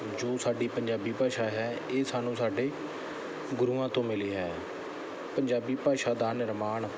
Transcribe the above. ਜੋ ਸਾਡੀ ਪੰਜਾਬੀ ਭਾਸ਼ਾ ਹੈ ਇਹ ਸਾਨੂੰ ਸਾਡੇ ਗੁਰੂਆਂ ਤੋਂ ਮਿਲੀ ਹੈ ਪੰਜਾਬੀ ਭਾਸ਼ਾ ਦਾ ਨਿਰਮਾਣ